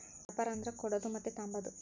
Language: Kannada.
ವ್ಯಾಪಾರ ಅಂದರ ಕೊಡೋದು ಮತ್ತೆ ತಾಂಬದು